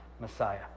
Messiah